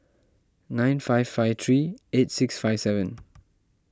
nine five five three eight six five seven